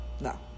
no